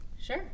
Sure